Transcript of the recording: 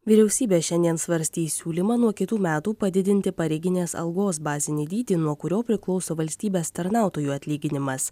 vyriausybė šiandien svarstys siūlymą nuo kitų metų padidinti pareiginės algos bazinį dydį nuo kurio priklauso valstybės tarnautojų atlyginimas